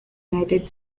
united